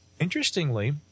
interestingly